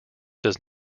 does